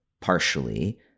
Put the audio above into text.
partially